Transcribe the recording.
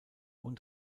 und